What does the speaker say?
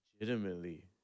legitimately